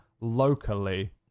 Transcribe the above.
locally